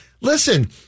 listen